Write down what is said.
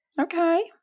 Okay